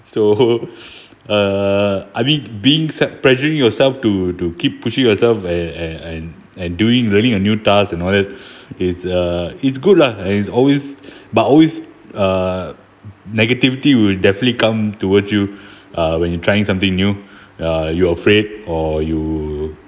so uh I mean being set pressuring yourself to to keep pushing yourself and and and and doing learning a new tasks and all that it's a it's good lah and it's always but always uh negativity will definitely come towards you uh when you trying something new ya you afraid or you